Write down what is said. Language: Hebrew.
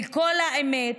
לכל האמת,